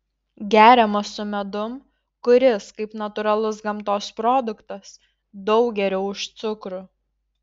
geriamas su medum kuris kaip natūralus gamtos produktas daug geriau už cukrų